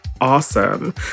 awesome